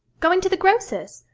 going to the grocer's?